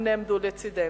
הם נעמדו לצדנו,